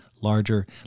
larger